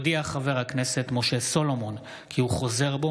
הודיע חבר הכנסת משה סולומון כי הוא חוזר בו